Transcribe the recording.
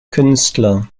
künstler